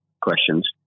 questions